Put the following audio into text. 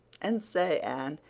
and say, anne,